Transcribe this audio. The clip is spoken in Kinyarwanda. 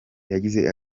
yagize